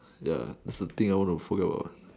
ya thats the thing I want to forget about